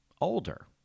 older